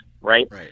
right